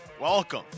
Welcome